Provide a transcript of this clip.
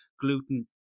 gluten